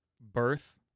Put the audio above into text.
birth